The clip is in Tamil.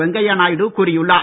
வெங்கையாநாயுடு கூறியுள்ளார்